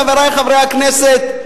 חברי חברי הכנסת,